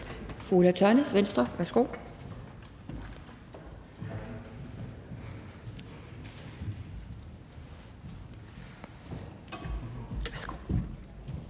Ulla Tørnæs, Venstre. Værsgo.